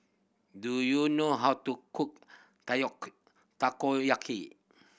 do you know how to cook Takoyaki